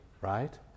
right